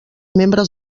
membres